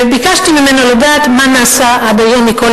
וביקשתי ממנו לדעת מה נעשה עד היום מכל